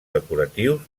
decoratius